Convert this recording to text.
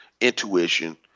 intuition